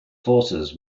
forces